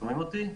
שומעים אותי?